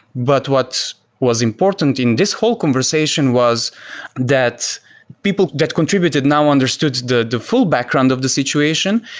but what was important in this whole conversation was that people that contributed now understood the the full background of this situation,